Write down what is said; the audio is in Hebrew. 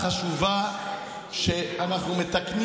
אנחנו מקווים